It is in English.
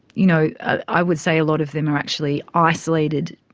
you know, i would say a lot of them are actually isolated